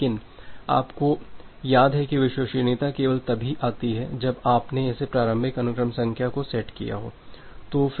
लेकिन आपको याद है कि विश्वसनीयता केवल तभी आती है जब आपने इस प्रारंभिक अनुक्रम संख्या को सेट किया हो